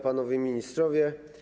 Panowie Ministrowie!